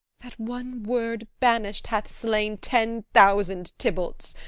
that one word banished, hath slain ten thousand tybalts.